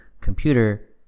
computer